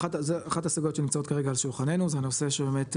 אחת הסיבות שנמצאות כרגע על שולחננו זה הנושא שבאמת,